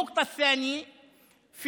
הנקודה השנייה,